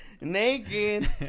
naked